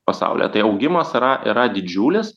pasaulyje tai augimas yra yra didžiulis